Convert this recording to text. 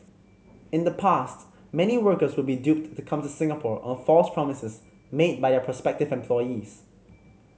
in the past many workers would be duped to come to Singapore on false promises made by their prospective employees